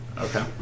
Okay